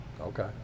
Okay